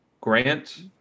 Grant